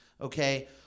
okay